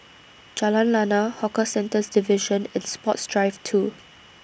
Jalan Lana Hawker Centres Division and Sports Drive two